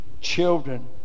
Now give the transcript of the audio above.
Children